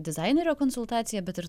dizainerio konsultaciją bet ir